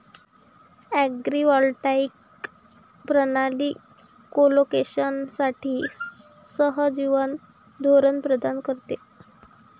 agrivoltaic प्रणाली कोलोकेशनसाठी सहजीवन धोरण प्रदान करते